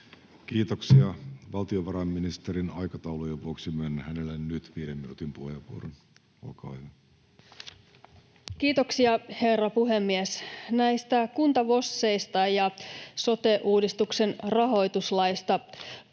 Kiitoksia. — Valtiovarainministerin aikataulujen vuoksi myönnän hänelle nyt viiden minuutin puheenvuoron. — Olkaa hyvä. Kiitoksia, herra puhemies! Näistä kunta-VOSeista ja sote-uudistuksen rahoituslaista